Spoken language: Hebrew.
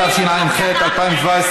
התשע"ח 2017,